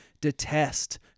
detest